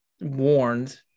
warned